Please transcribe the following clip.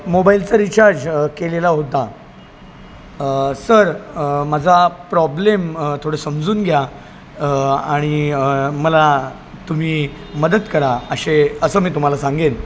मोबाईलचा रिचार्ज केलेला होता सर माझा प्रॉब्लेम थोडं समजून घ्या आणि मला तुम्ही मदत करा असे असं मी तुम्हाला सांगेन